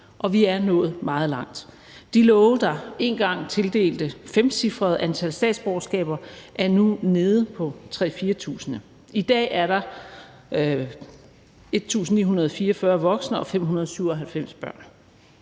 og vi er nået meget langt. De lovforslag, der engang tildelte femcifrede antal statsborgerskaber, er nu nede på at tildele 3.000-4.000. I dag er der 1.944 voksne og 597 børn